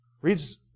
reads